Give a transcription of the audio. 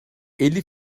elli